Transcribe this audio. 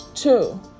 Two